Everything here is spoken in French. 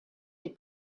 des